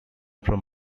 from